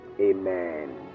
Amen